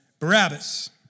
Barabbas